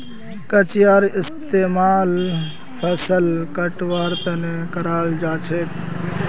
कचियार इस्तेमाल फसल कटवार तने कराल जाछेक